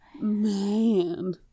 Man